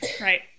Right